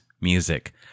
Music